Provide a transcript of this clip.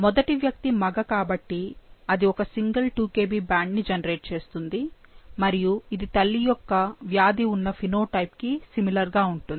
మొదటి వ్యక్తి మగ కాబట్టి అది ఒక సింగిల్ 2 Kb బ్యాండ్ ని జెనరేట్ చేస్తుంది మరియు ఇది తల్లి యొక్క వ్యాధి ఉన్న ఫినోటైప్ కి సిమిలర్ గా ఉంటుంది